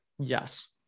Yes